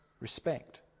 respect